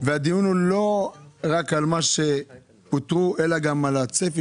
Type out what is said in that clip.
הדיון הוא לא רק על מי שפוטרו אלא גם על צפי